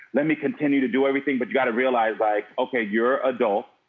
let me continue to do everything. but you got to realize like, okay you're adult.